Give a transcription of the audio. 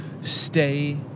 stay